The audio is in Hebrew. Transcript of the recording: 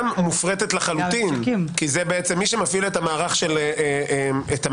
גם מופרטת לחלוטין כי מי שמפעיל את המערך של פקודת